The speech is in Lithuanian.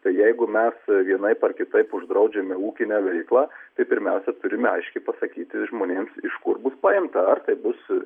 tai jeigu mes vienaip ar kitaip uždraudžiame ūkinę veiklą tai pirmiausia turime aiškiai pasakyti žmonėms iš kur bus paimta ar tai bus